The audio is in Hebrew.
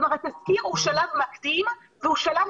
כלומר התסקיר הוא שלב מקדים והוא שלב